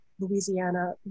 Louisiana